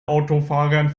autofahrern